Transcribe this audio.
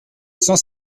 cent